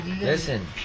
Listen